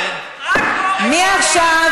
מעכשיו,